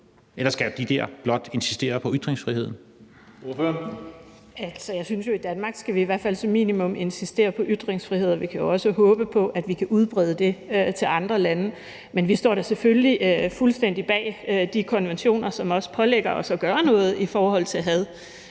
Kl. 19:37 Karina Lorentzen Dehnhardt (SF): Jeg synes jo, at vi i Danmark i hvert fald som minimum skal insistere på ytringsfriheden, og vi kan også håbe på, at vi kan udbrede det til andre lande. Men vi står da selvfølgelig fuldstændig bag de konventioner, som også pålægger os at gøre noget i forhold til had